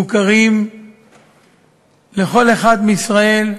מוכרים לכל אחד מישראל,